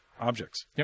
objects